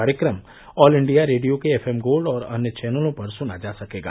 कार्यक्रम All India Radio के F M Gold और अन्य चैनलों पर सुना जा सकेगा